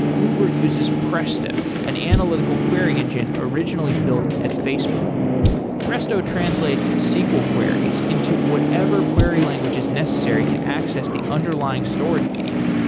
uber uses presto, an analytical query engine originally built at facebook presto translates sql queries into whatever query language is necessary to access the underlying storage medium.